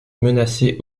menacé